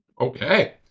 Okay